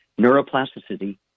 Neuroplasticity